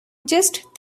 just